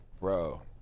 bro